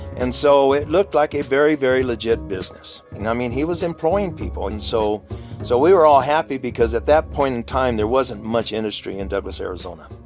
and so it looked like a very, very legit business. and i mean, he was employing people, and so so we were all happy, because at that point in time, there wasn't much industry in douglas, arizona